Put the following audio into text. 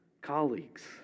colleagues